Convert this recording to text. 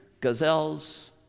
gazelles